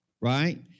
right